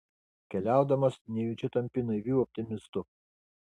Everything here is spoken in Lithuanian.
keliaudamas nejučia tampi naiviu optimistu